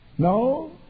No